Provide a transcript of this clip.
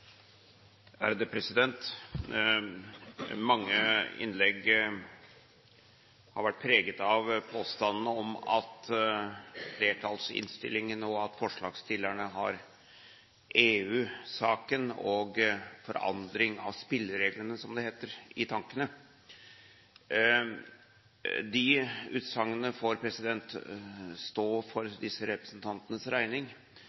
er over. Mange innlegg har vært preget av påstandene om at flertallsinnstillingen og forslagsstillerne har EU-saken og forandring av spillereglene, som det heter, i tankene. De utsagnene får stå for disse representantenes regning.